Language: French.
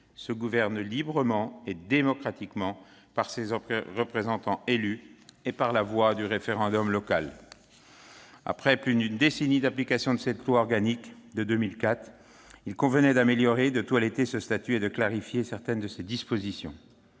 se gouverne librement et démocratiquement par ses représentants élus et par la voie du référendum local ». Après plus d'une décennie d'application de la loi organique de 2004, il convenait d'améliorer, de toiletter ce statut, et de clarifier certaines de ses dispositions.